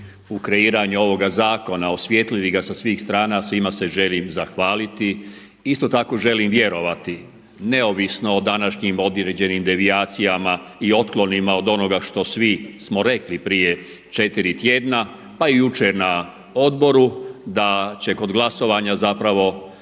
u kreiranju ovoga zakona, osvijetlili ga sa svih strana, svima se želim zahvaliti. Isto tako želim vjerovati, neovisno o današnjim određenim devijacijama i otklonima od onoga što svi smo rekli prije 4 tjedna, pa i jučer na odboru da će kod glasovanja zapravo